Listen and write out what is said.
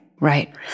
Right